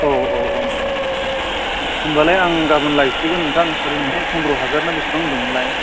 औ औ औ औ होमबालाय आं गाबोन लायसिगोन नोंथां ओरैनो बे फन्द्र' हाजारना बेसेबां होनदोंमोनलाय